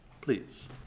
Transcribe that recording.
Please